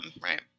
right